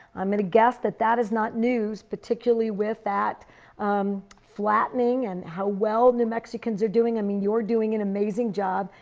i mean guess that that is not news, particularly with that flattening and how well new mexicans are doing and i mean you are doing an amazing job,